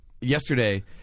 Yesterday